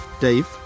Dave